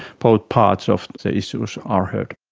both parts of the issues are heard?